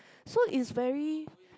so it's very